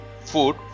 food